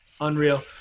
Unreal